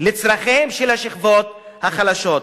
לצורכיהן של השכבות החלשות.